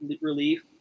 relief